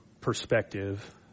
perspective